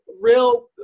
real